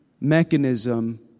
mechanism